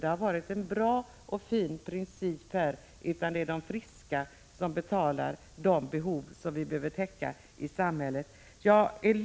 Det har varit en fin princip i detta sammanhang. Det är de friska som betalar när det gäller de behov som samhället har att täcka.